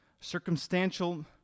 circumstantial